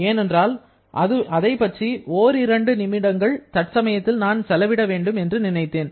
ஏனென்றால் அதைப்பற்றி ஓரிரண்டு நிமிடங்கள் தற்சமயத்தில் நான் செலவிட வேண்டும் என்று நினைத்தேன்